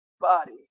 body